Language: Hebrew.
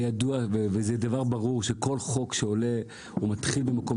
זה ידוע וזה ברור שכל חוק שעולה מתחיל במקום